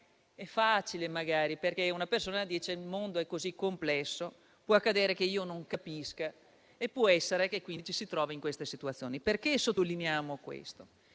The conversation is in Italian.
È facile, magari, che una persona si dica: «Il mondo è così complesso e può accadere che io non capisca». Può essere quindi che ci si trovi in queste situazioni. Sottolineiamo questo